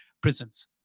prisons